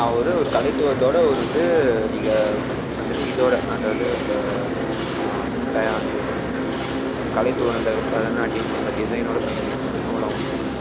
ஆ ஒரே ஒரு கலைத்துவத்தோடு ஒரு வந்து நீங்கள் வந்துவிட்டு இதோடய அந்த இது அந்த டைக்ராம் கலைத்துவம் அந்த பரதநாட்டியம் அந்த டிசைனோடு பண்ணீங்கன்னா எவ்வளோ ஆகும்னு சொல்லுங்கள்